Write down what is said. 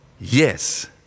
yes